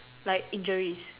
like injuries